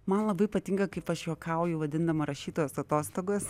man labai patinka kaip aš juokauju vadindama rašytojos atostogos